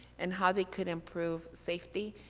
and how they could improve safety?